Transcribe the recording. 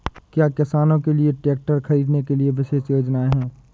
क्या किसानों के लिए ट्रैक्टर खरीदने के लिए विशेष योजनाएं हैं?